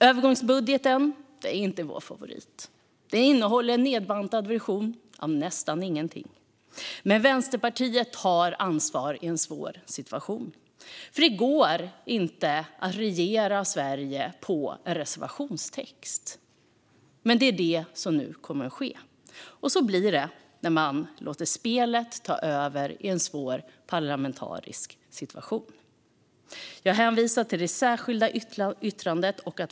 Övergångsbudgeten är inte vår favorit. Den innehåller en nedbantad version av nästan ingenting. Men Vänsterpartiet tar ansvar i en svår situation, för det går inte att regera Sverige på en reservationstext. Men det är det som nu kommer att ske. Så blir det när man låter spelet ta över i en svår parlamentarisk situation. Jag hänvisar till det särskilda yttrandet.